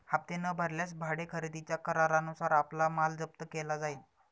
हप्ते न भरल्यास भाडे खरेदीच्या करारानुसार आपला माल जप्त केला जाईल